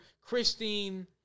Christine